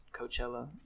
Coachella